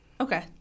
Okay